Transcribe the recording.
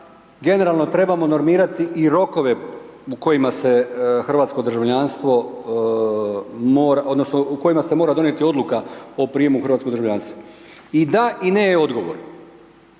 se hrvatsko državljanstvo mora, odnosno u kojima se mora donijeti odluka o prijemu u hrvatsko državljanstvo. I da i ne je odgovor.